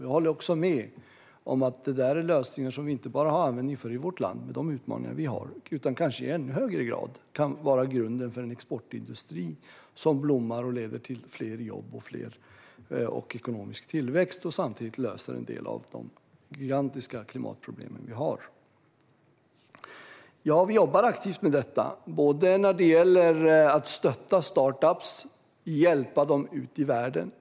Jag håller också med om att det är lösningar som vi inte bara har användning för i vårt land med de utmaningar vi har utan som kanske i ännu högre grad kan vara grunden för en exportindustri som blommar och leder till fler jobb och ekonomisk tillväxt och samtidigt löser en del av de gigantiska klimatproblemen vi har. Vi jobbar aktivt med detta. Det gäller att stötta startup-företag och hjälpa dem ut i världen.